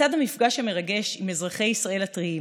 לצד המפגש המרגש עם אזרחי ישראל הטריים,